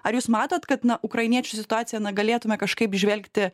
ar jūs matot kad na ukrainiečių situaciją na galėtume kažkaip žvelgti